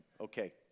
Okay